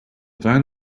van